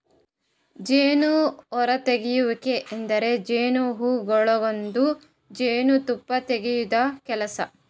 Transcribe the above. ಜೇನು ಹೊರತೆಗೆಯುವಿಕೆ ಅಂದುರ್ ಜೇನುಹುಳಗೊಳ್ದಾಂದು ಜೇನು ತುಪ್ಪ ತೆಗೆದ್ ಕೆಲಸ